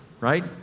right